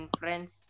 friends